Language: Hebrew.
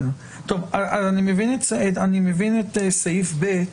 אני מבין את סעיף (ב).